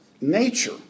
nature